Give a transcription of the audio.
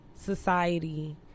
society